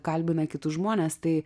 kalbina kitus žmones tai